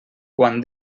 quan